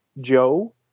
Joe